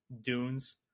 dunes